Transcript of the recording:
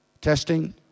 Testing